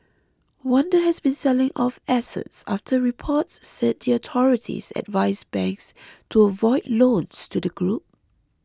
Wanda has been selling off assets after reports said the authorities advised banks to avoid loans to the group